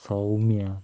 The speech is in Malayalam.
സൗമ്യ